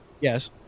Yes